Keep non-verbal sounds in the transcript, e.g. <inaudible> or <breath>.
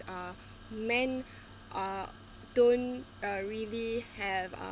uh man <breath> uh don't uh really have uh